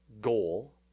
goal